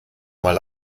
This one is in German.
mal